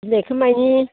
बिलाइखौ मानि